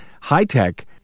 high-tech